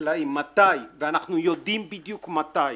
וחקלאים מתי, ואנחנו יודעים בדיוק מתי,